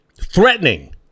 threatening